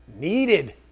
needed